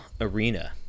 arena